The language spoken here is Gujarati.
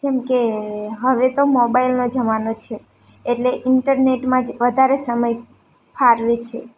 જેમ કે હવે તો મોબાઈલનો જમાનો છે એટલે ઇન્ટરનેટમાં જ વધારે સમય ફાળવે છે